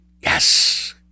yes